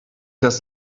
das